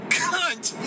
cunt